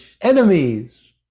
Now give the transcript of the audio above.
enemies